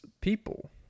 people